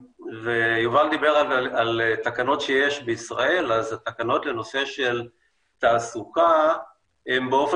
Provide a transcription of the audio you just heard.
יובל דיבר על תקנות שיש בישראל אז התקנות לנושא של תעסוקה הן